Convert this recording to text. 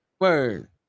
Word